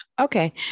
Okay